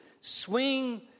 swing